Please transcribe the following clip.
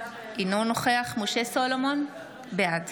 אינו נוכח משה סולומון, בעד